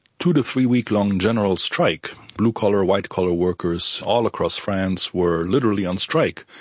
two to three week long general strike, blue-collar, white collar workers all across france were literally on strike,